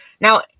Now